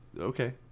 Okay